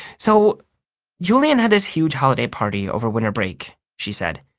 so julian had this huge holiday party over winter break, she said.